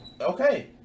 okay